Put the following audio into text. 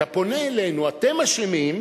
אתה פונה אלינו: אתם אשמים,